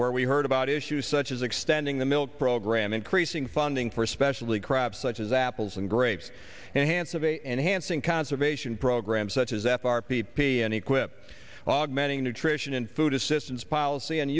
where we heard about issues such as extending the milk program increasing funding for especially crap such as apples and grapes and hance of a enhancing conservation program such as f r p p n equipped augmenting nutrition and food assistance policy an